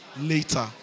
later